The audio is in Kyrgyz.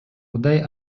кудай